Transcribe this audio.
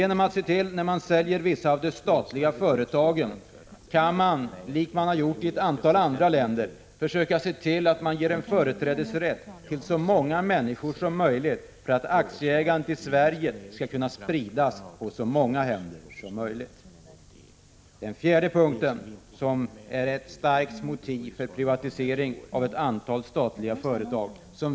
När man säljer vissa av de statliga företagen kan man, som skett i ett antal andra länder, försöka se till att ge företrädesrätt till så många människor som möjligt, så att aktieägandet i Sverige skall kunna spridas på så många händer som möjligt. Vår fjärde punkt är ett starkt motiv för privatisering av ett antal statliga företag.